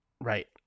right